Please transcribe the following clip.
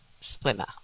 swimmer